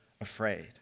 afraid